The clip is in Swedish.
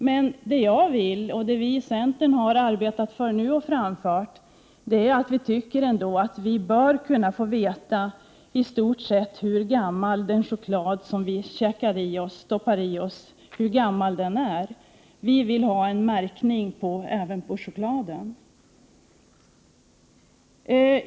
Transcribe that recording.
Men vad jag tycker — och vad vi i centern nu har framhållit — är att vi bör kunna få veta i stort sett hur gammal den chokladkaka är som vi stoppar i oss. Vi vill ha en märkning även på chokladen.